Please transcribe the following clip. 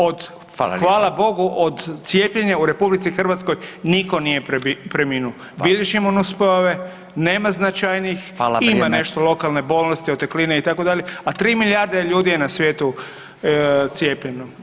Od, [[Upadica: Hvala lijepa.]] hvala Bogu, od cijepljenja u RH nitko nije preminuo [[Upadica: Hvala.]] Bilježimo nuspojave, nema značajnih, [[Upadica: Hvala, vrijeme.]] ima nešto lokalne bolnosti, otekline, itd., a 3 milijarde ljudi je na svijetu cijepljeno.